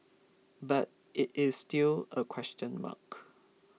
but it is still a question mark